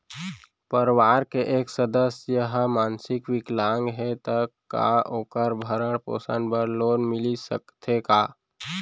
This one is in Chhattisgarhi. परवार के एक सदस्य हा मानसिक विकलांग हे त का वोकर भरण पोषण बर लोन मिलिस सकथे का?